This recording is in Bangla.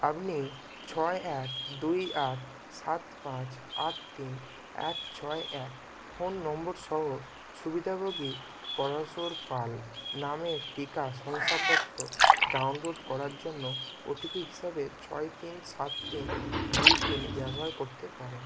আপনি ছয় এক দুই আট সাত পাঁচ আট তিন এক ছয় এক ফোন নম্বর সহ সুবিধাভোগী পরাশর পাল নামের টিকা শংসাপত্র ডাউনলোড করার জন্য ওটিপি হিসাবে ছয় তিন সাত তিন দুই তিন ব্যবহার করতে পারেন